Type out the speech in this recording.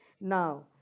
now